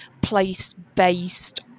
place-based